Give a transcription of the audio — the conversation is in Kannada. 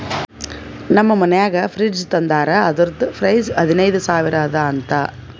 ನಮ್ ಮನ್ಯಾಗ ಫ್ರಿಡ್ಜ್ ತಂದಾರ್ ಅದುರ್ದು ಪ್ರೈಸ್ ಹದಿನೈದು ಸಾವಿರ ಅದ ಅಂತ